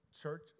church